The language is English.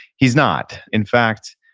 he's not in fact,